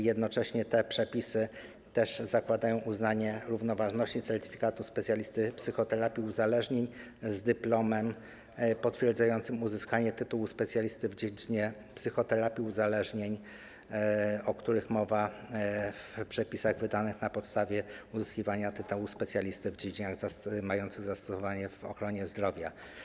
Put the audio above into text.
Jednocześnie te przepisy zakładają uznanie równoważności certyfikatu specjalisty psychoterapii uzależnień z dyplomem potwierdzającym uzyskanie tytułu specjalisty w dziedzinie psychoterapii uzależnień, o których mowa w przepisach wydanych na podstawie ustawy o uzyskiwaniu tytułu specjalisty w dziedzinach mających zastosowanie w ochronie zdrowia.